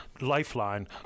lifeline